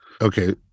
Okay